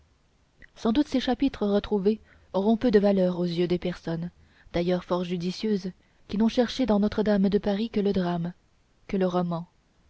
sans doute ces chapitres retrouvés auront peu de valeur aux yeux des personnes d'ailleurs fort judicieuses qui n'ont cherché dans notre-dame de paris que le drame que le roman